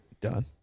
done